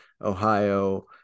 Ohio